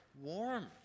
warm